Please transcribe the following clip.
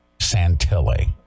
Santilli